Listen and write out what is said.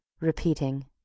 repeating